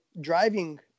driving